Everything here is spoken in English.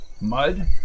Mud